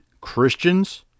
Christians